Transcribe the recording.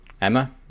Emma